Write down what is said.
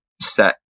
set